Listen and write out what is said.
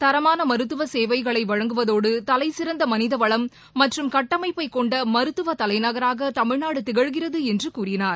தரமானமருத்துவசேவைகளைவழங்குவதோடு தலைசிறந்தமனிதவளம் மற்றம் கட்டமைப்பைகொண்டமருத்துவதலைநகராகதமிழ்நாடுதிகழ்கிறதுஎன்றுகூறினார்